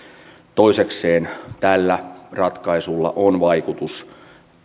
toisekseen tällä ratkaisulla on vaikutus